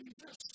Jesus